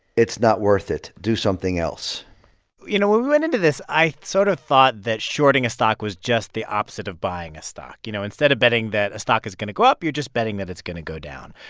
it's not worth it. do something else you know, when we went into this, i sort of thought that shorting a stock was just the opposite of buying a stock. you know, instead of betting that a stock is going to go up, you're just betting that it's going to go down.